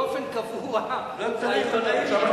באופן קבוע העיתונאים,